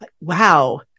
Wow